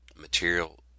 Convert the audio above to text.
material